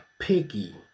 picky